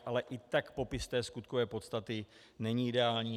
Ale i tak popis té skutkové podstaty není ideální.